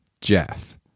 Jeff